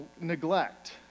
neglect